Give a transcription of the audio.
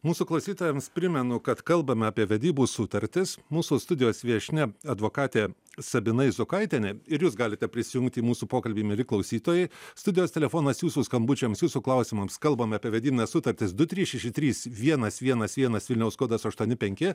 mūsų klausytojams primenu kad kalbame apie vedybų sutartis mūsų studijos viešnia advokatė sabina izokaitienė ir jūs galite prisijungti į mūsų pokalbį mieli klausytojai studijos telefonas jūsų skambučiams jūsų klausimams kalbame apie vedybines sutartis du trys šeši trys vienas vienas vienas vilniaus kodas aštuoni penki